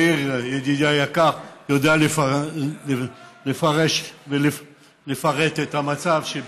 מאיר, ידידי היקר, יודע לפרש ולפרט את המצב, בכלל,